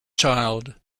child